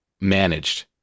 managed